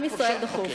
לעם ישראל דחוף.